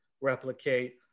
replicate